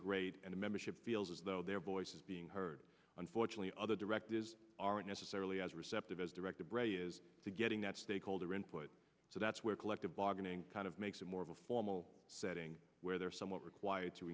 great and the membership feels as though their voices being heard unfortunately other directives aren't necessarily as receptive as directed bray is to getting that stakeholder input so that's where collective bargaining kind of makes it more of a formal setting where they're somewhat required to